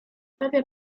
stawia